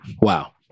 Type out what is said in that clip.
Wow